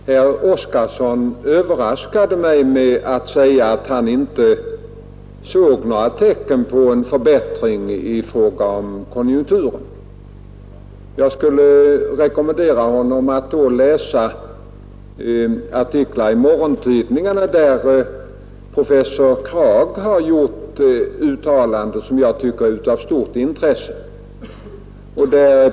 Herr talman! Herr Oskarson överraskade mig med att säga att han inte såg några tecken på en förbättring av konjunkturen. Jag skulle vilja rekommendera honom att läsa artiklar i morgontidningarna, där professor Kragh har gjort uttalanden som jag tycker är av stort intresse.